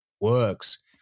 works